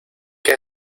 qué